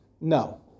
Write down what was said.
no